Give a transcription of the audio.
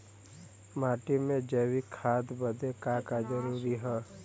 माटी में जैविक खाद बदे का का जरूरी ह?